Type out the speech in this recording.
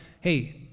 hey